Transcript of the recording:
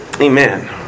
Amen